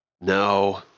No